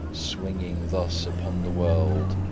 swinging thus upon the world,